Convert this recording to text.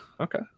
Okay